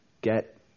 get